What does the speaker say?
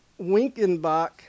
Winkenbach